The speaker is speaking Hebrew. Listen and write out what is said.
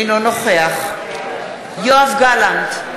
אינו נוכח יואב גלנט,